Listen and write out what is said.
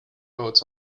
boats